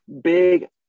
big